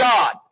God